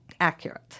accurate